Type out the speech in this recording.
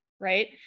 right